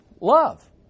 love